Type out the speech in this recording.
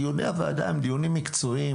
דיוני הוועדה הם דיונים מקצועיים,